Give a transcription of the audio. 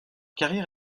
carrière